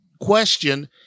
question